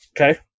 Okay